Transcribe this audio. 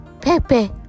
Pepe